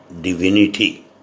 divinity